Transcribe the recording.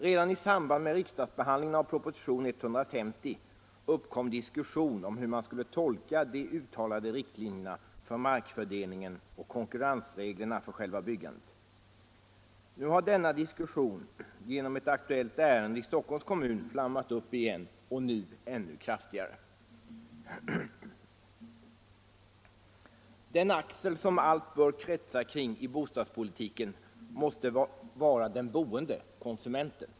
Redan i samband med riksdagsbehandlingen av propositionen 150 uppkom diskussion om hur man skulle tolka de uttalade riktlinjerna för markfördelningen och konkurrensreglerna för själva byggandet. Nu har denna diskussion genom ett aktuellt ärende i Stockholms kommun flammat upp igen och nu ännu kraftigare. Den axel som allt bör kretsa kring i bostadspolitiken måste vara den boende, konsumenten.